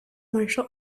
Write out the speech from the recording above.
martial